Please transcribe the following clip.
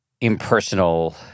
impersonal